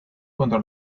contra